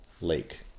lake